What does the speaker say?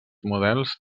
models